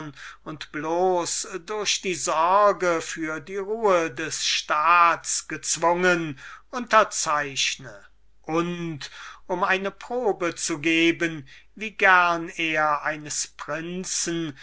und allein durch die sorge für die ruhe des staats gezwungen unterzeichne und um eine probe zu geben wie gern er eines prinzen